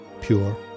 pure